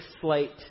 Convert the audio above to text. slate